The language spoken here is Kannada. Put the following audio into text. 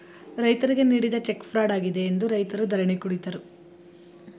ರೈತರಿಗೆ ನೀಡಿದ ಚೆಕ್ ಫ್ರಾಡ್ ಆಗಿದೆ ಎಂದು ರೈತರು ಧರಣಿ ಕುಳಿತರು